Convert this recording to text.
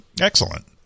Excellent